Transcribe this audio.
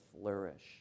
flourish